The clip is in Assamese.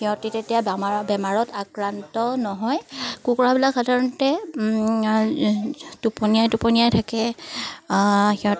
সিহঁতি তেতিয়া বেমাৰ বেমাৰত আক্ৰান্ত নহয় কুকুৰাবিলাক সাধাৰণতে টোপনিয়াই টোপনিয়াই থাকে সিহঁত